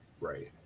right